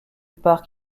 parc